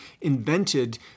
invented